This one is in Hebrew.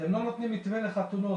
אתם לא נותנים מתווה לחתונות,